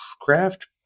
craft